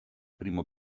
primo